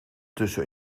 tussen